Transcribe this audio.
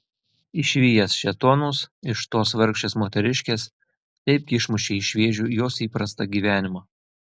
išvijęs šėtonus iš tos vargšės moteriškės taipgi išmušei iš vėžių jos įprastą gyvenimą